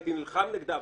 אני הייתי נלחם נגדה,